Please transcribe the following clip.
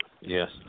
Yes